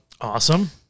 Awesome